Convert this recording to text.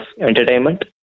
entertainment